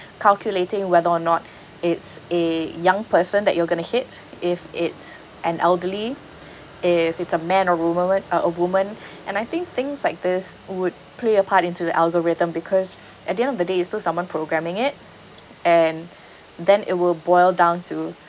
calculating whether or not it's a young person that you're going to hit if it's an elderly if it's a man or woman uh a woman and I think things like this would play a part into the algorithm because at the end of the day is still someone programming it and then it will boil down to